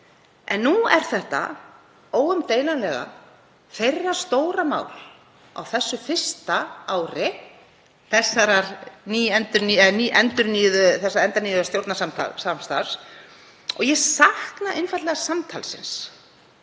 En nú er þetta óumdeilanlega þeirra stóra mál á þessu fyrsta ári endurnýjaðs stjórnarsamstarfs og ég sakna einfaldlega samtalsins.